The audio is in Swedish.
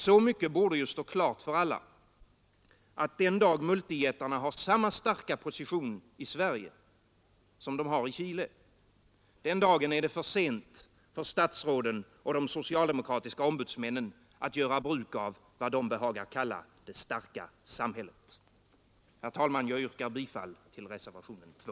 Så mycket borde stå klart för alla att den dag multijättarna har samma starka position i Sverige som de har i Chile — den dagen är det för sent för statsråden och de socialdemokratiska ombudsmännen att göra bruk av vad de behagar kalla det starka samhället. Herr talman! Jag yrkar bifall till reservationen 2.